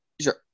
Sure